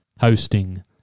hosting